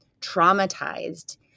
traumatized